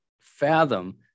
fathom